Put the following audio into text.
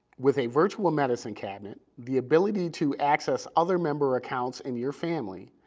with a virtual medicine cabinet, the ability to access other member accounts in your family,